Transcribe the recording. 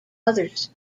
others